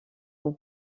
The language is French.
pour